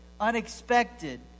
Unexpected